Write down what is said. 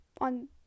on